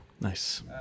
Nice